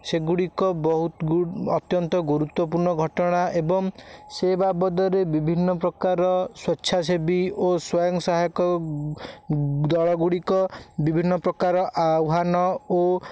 ସେଗୁଡ଼ିକ ବହୁତ ଗୁ ଅତ୍ଯନ୍ତ ଗୁରୁତ୍ବପୂର୍ଣ୍ଣ ଘଟଣା ଏବଂ ସେ ବାବଦରେ ବିଭିନ୍ନ ପ୍ରକାର ସ୍ବଚ୍ଛାସେବୀ ଓ ସ୍ବୟଂସହାୟକ ଦଳ ଗୁଡ଼ିକ ବିଭିନ୍ନ ପ୍ରକାର ଆହ୍ୱାନ ଓ